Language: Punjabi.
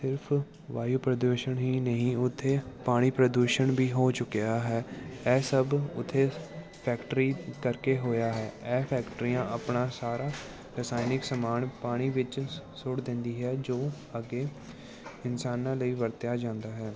ਸਿਰਫ ਵਾਯੂ ਪ੍ਰਦੂਸ਼ਣ ਹੀ ਨਹੀਂ ਉੱਥੇ ਪਾਣੀ ਪ੍ਰਦੂਸ਼ਣ ਵੀ ਹੋ ਚੁੱਕਿਆ ਹੈ ਇਹ ਸਭ ਉੱਥੇ ਫੈਕਟਰੀ ਕਰਕੇ ਹੋਇਆ ਹੈ ਇਹ ਫੈਕਟਰੀਆਂ ਆਪਣਾ ਸਾਰਾ ਰਸਾਇਣਿਕ ਸਮਾਨ ਪਾਣੀ ਵਿੱਚ ਸੁੱਟ ਦਿੰਦੀ ਹੈ ਜੋ ਅੱਗੇ ਇਨਸਾਨਾਂ ਲਈ ਵਰਤਿਆ ਜਾਂਦਾ ਹੈ